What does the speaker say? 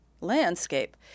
landscape